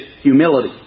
humility